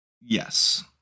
Yes